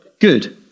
Good